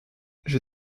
j’ai